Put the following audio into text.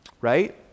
right